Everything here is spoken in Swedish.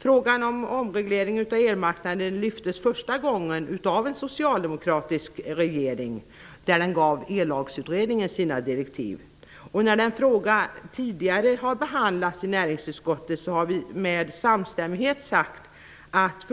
Frågan om omreglering av elmarknaden lyftes fram första gången av en socialdemokratisk regering som gav Ellagsutredningen sina direktiv. När denna fråga tidigare har behandlats i näringsutskottet har vi med samstämmighet sagt att